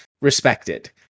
respected